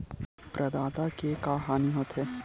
प्रदाता के का हानि हो थे?